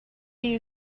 you